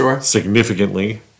significantly